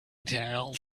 tales